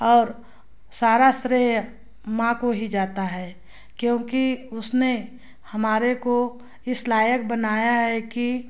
और सारा श्रेय माँ को ही जाता है क्योंकि उसने हमारे को इस लायक बनाया है कि